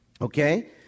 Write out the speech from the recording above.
Okay